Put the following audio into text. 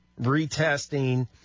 retesting